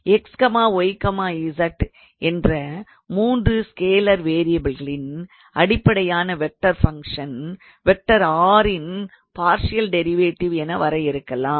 x y z என்ற 3 scalar வேரியபில்களின் அடிப்படையான வெக்டார் ஃபங்க்ஷன் 𝑟⃗ இன் பார்ஷியல் டிரைவேட்டிவ் என வரையறுக்கலாம்